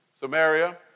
Samaria